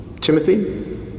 Timothy